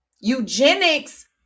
eugenics